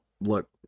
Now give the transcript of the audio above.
look